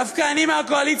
דווקא אני מהקואליציה,